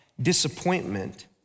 disappointment